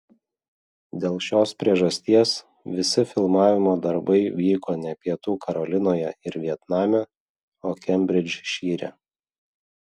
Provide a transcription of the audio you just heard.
dėl šios priežasties visi filmavimo darbai vyko ne pietų karolinoje ir vietname o kembridžšyre